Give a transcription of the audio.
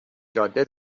جاده